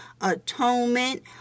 atonement